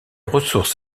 ressources